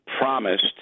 promised